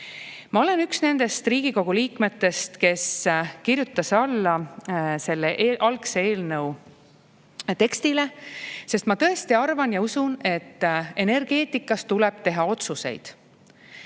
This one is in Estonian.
Ma olen üks nendest Riigikogu liikmetest, kes kirjutas alla selle eelnõu algsele tekstile, sest ma tõesti arvan ja usun, et energeetikas tuleb teha otsuseid.